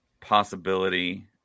possibility